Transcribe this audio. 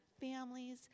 families